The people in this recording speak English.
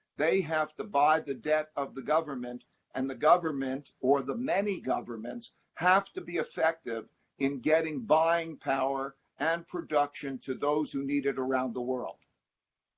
they have to buy the debt of the government and the government, or the many governments, have to be effective in getting buying power and production to those who need it around the world.